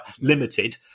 limited